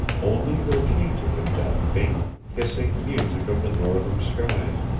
only there came to him that faint, hissing music of the northern skies,